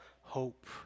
hope